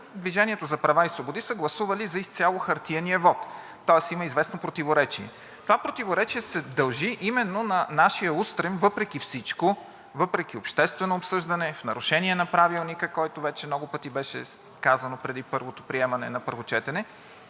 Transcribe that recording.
„Движение за права и свободи“ са гласували за изцяло хартиения вот, тоест има известно противоречие. Това противоречие се дължи именно на нашия устрем въпреки всичко, въпреки общественото обсъждане, в нарушение на Правилника, който вече много пъти беше казано преди първото приемане на първо четене,